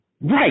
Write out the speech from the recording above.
Right